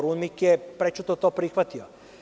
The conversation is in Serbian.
UNMIK je prećutno to prihvatio.